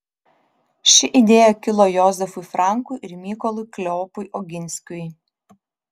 ši idėja kilo jozefui frankui ir mykolui kleopui oginskiui